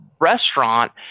restaurant